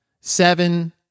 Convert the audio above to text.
seven